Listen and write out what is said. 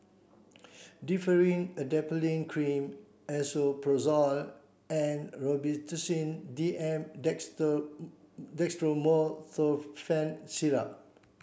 Differin Adapalene Cream Esomeprazole and Robitussin D M Dextromethorphan Syrup